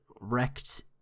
wrecked